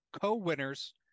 co-winners